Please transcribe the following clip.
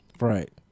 Right